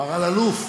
מר אלאלוף,